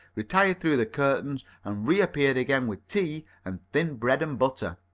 retired through the curtains and reappeared again with tea and thin bread and butter.